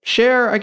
Share